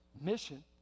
Mission